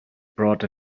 brought